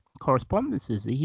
correspondences